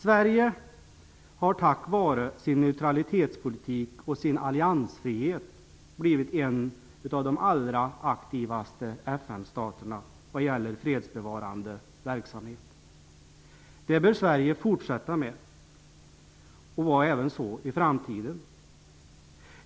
Sverige har tack vare sin neutralitetspolitik och sin alliansfrihet blivit en av de allra aktivaste FN-staterna vad gäller fredsbevarande verksamhet. Det bör Sverige fortsätta att vara även i framtiden.